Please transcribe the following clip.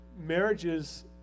marriages